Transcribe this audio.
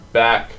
back